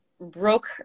broke